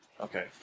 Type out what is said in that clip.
Okay